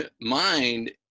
mind